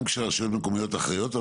אבל גם כשרשויות מקומיות אחראיות על